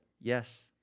yes